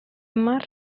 más